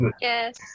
Yes